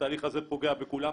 התהליך הזה פוגע בכולם,